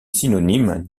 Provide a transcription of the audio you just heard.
synonyme